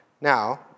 Now